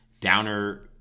downer